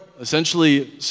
essentially